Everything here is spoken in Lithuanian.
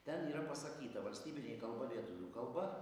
ten yra pasakyta valstybinė kalba lietuvių kalba